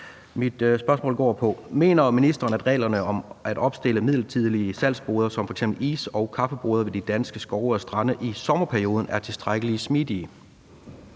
Mit spørgsmål går på: Mener ministeren, at reglerne for at opstille midlertidige salgsboder som f.eks. is- eller kaffeboder ved danske skove og strande i sommerperioden er tilstrækkelig smidige?